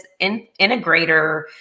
integrator